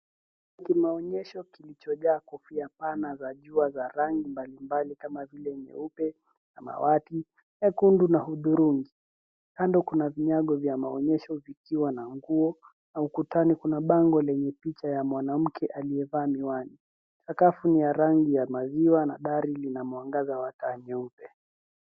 Ni maonyesho kilichojaa kofia pana za jua za rangi mbalimbali kama vile nyeupe, samawati, nyekundu na hudhurungi. Kando kuna vinyago vya maonyesho vikiwa na nguo na ukutani kuna bango lenye picha ya mwanamke aliyevaa miwani. Sakafu ni ya rangi ya maziwa na dari lina mwangaza wa taa nyeupe.